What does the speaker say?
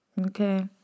okay